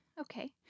Okay